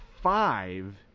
five